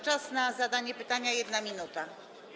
Czas na zadanie pytania: 1 minuta.